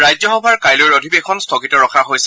ৰাজ্য সভাৰ কাইলৈ অধিৱেশন স্থগিত ৰখা হৈছে